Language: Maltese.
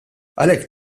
għalhekk